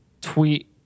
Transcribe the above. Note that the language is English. tweet